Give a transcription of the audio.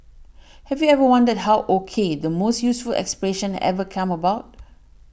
have you ever wondered how O K the most useful expression ever came about